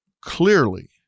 clearly